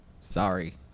sorry